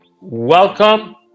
Welcome